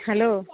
hello